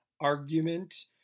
argument